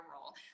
role